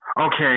Okay